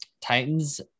Titans